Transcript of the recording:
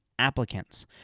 applicants